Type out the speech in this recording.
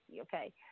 okay